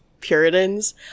Puritans